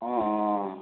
অঁ অঁ